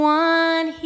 one